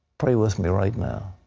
pray with me right now.